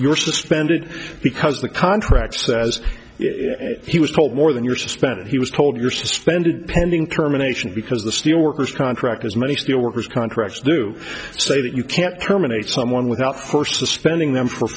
you're suspended because the contract says he was told more than you're suspended he was told you're suspended pending terminations because the steel workers contractors many steel workers contractors do say that you can't terminate someone without first suspending them for